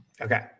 Okay